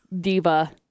diva